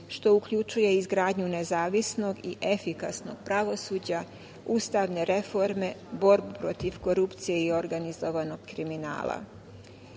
što uključuje izgradnju nezavisnog i efikasnog pravosuđa, ustavne reforme, borbu protiv korupcije i organizovanog kriminala.Za